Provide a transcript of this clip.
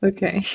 Okay